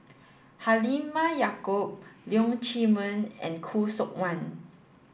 Halimah Yacob Leong Chee Mun and Khoo Seok Wan